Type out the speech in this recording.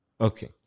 Okay